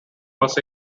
was